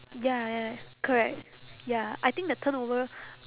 ya ya correct ya I think the turnover